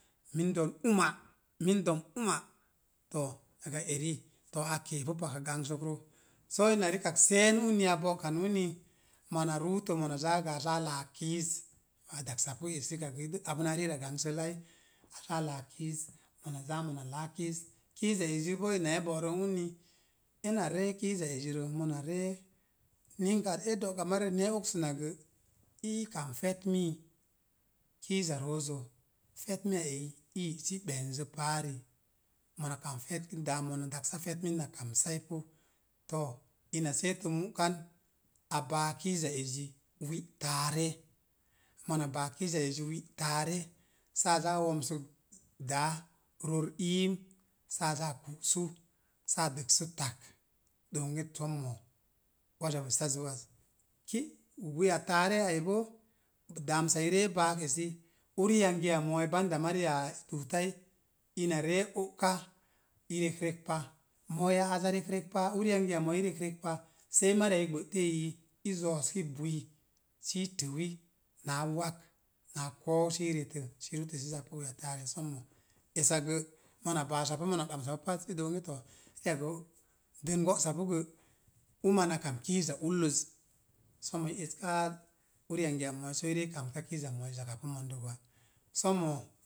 Min dom uma, min dom uma. To, dasa eri, to, a keepu paka gangsəkro. Soo ina rikak seen uni a bo̱'kan uni, mona ruutə mona zaa gə a zaa laak kiiz mona daksapu es rikak gə i də apu naa ri'ra gangsəi ai, a zaa laak kiiz, mona zaa mona laa kiiz, kiiza ezi boo ina e bo̱'rən uni, ena ree kiiza ezirə, mona ree, ninkak ee do̱'gama. Rirək ni e oksənak gə, i kam fetmiyi kiiza roozə, fetmiya eyi i yi'si benzə paari. Mona kam fetmi, daa a mo̱o̱z na daksa fetmii na kamsai pu to, ina seetə mu'kan a baak kiiza ezi wi taare. Mona baa kiiza ezi wi taare, saa zaa womsuk daa ror iim saa zaa ku'su, saa dəksu tag, dook gə sommo, waza wessaz zi az. Ki wi a taarei ai boo, damsa i ree baak esi uri yangiya mo̱o̱i banda mariya i duutai, ina ree o'ka i reg rek pa. Moo ya'az a reg rek pa, uri yangiya mo̱o̱i i reg rek pa, sei mariya i gbə'ti eyiyi i zo̱o̱ski bui sii təwi naa wak naa koou sii retək, sii ruutə sii zappu we taare. Sommo, esak gə mona baasapu mona ɓamsapu pat sii dook bonge to, rikak gə dən go̱'sapu gə, uma na kam kiiza ulləz. Sommo i etka uriyangiya mo̱o̱i soo i ree kamta kiiza mo̱o̱z zakapu mondo gwa. Sommo